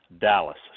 Dallas